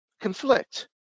conflict